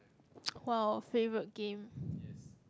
!wow! a favourite game